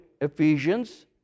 Ephesians